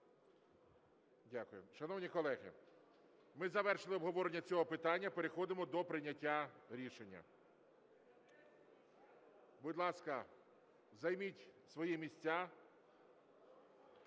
Дякую. Шановні колеги, ми завершили обговорення цього питання. Переходимо до прийняття рішення. Будь ласка, займіть свої місця.